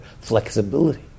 flexibility